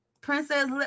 princess